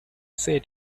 say